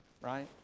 Right